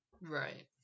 Right